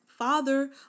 father